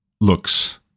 looks